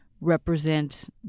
represent